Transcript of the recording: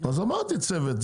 אז אמרתי צוות.